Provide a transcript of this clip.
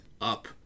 up